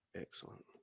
excellent